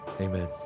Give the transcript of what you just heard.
Amen